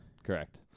Correct